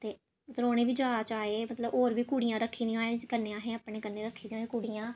ते उ'नेंगी बी जाच आए उ'नें होर बी कुड़ियां रक्खी ओए आहें अपने कन्नै रक्खी दियां होए कुड़ियां